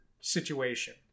situation